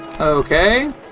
Okay